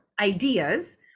ideas